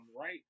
right